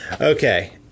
Okay